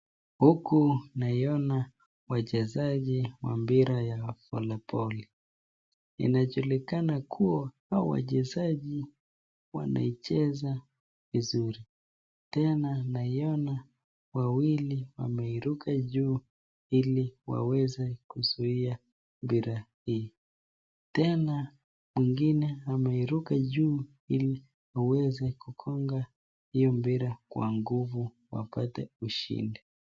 Huku nawaona wachezaji wa mpira ya voliboli inajulikana kuwa hawa wachezaji wanaicheza vizuri tena nawaona wawili wameruka juu ili waweze kuzuia mpira hii, tena mwingine ameruka juu ili aweze kugonga hiyo mpira kwa nguvu wapate ushindi.